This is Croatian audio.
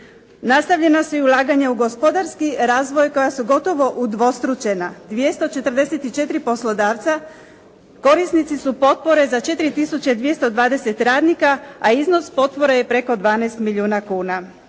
Nastavljena su ulaganja i u gospodarski razvoj koja su gotovo udvostručena. 244 poslodavca korisnici su potpore za 4 tisuće 220 radnika, a iznos potpore je preko 12 milijuna kuna.